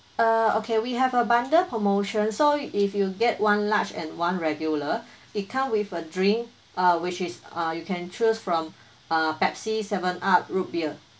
uh okay we have a bundle promotion so you if you get one large and one regular it come with a drink uh which is uh you can choose from uh pepsi seven up root bear